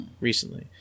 recently